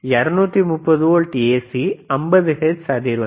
230 volt AC 50 hertz அதிர்வெண்